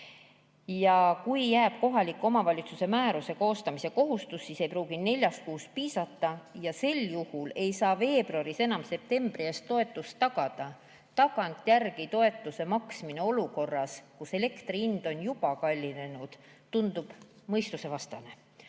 Kui jääb alles kohaliku omavalitsuse kohustus määrus koostada, siis ei pruugi neljast kuust piisata ja sel juhul ei saa veebruaris enam septembri eest toetust tagada. Tagantjärele toetuse maksmine olukorras, kus elektri hind on juba kallinenud, tundub mõistusevastane.